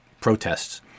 protests